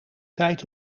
tijd